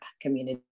Community